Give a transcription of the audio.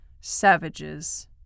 savages